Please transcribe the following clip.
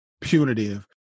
punitive